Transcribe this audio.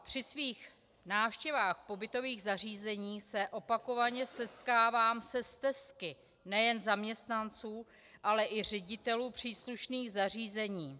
Při svých návštěvách pobytových zařízení se opakovaně setkávám se stesky nejen zaměstnanců, ale i ředitelů příslušných zařízení.